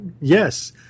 yes